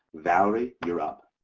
valerie, you're up.